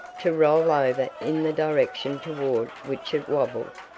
to roll over in the direction toward which it wobbled.